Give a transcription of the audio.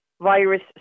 virus